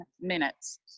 minutes